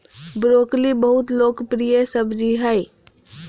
broccoli बहुत लोकप्रिय सब्जी हइ